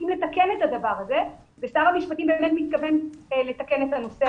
לתקן את הדבר הזה ושר המשפטים באמת מתכוון לתקן את הנושא הזה.